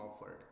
offered